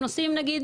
הם עושים נגיד,